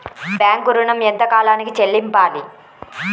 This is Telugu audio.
బ్యాంకు ఋణం ఎంత కాలానికి చెల్లింపాలి?